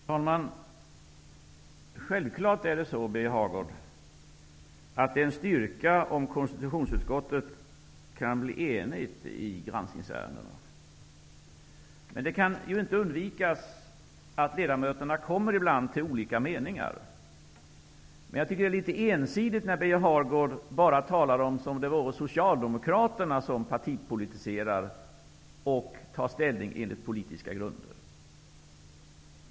Fru talman! Självklart, Birger Hagård, är det en styrka om konstitutionsutskottet kan bli enigt i granskningsärendena. Men det kan inte undvikas att ledamöterna ibland kommer fram till olika meningar. Men jag tycker att det är litet ensidigt av Birger Hagård att tala som om det vore bara Socialdemokraterna som partipolitiserar och tar ställning enligt politiska grunder.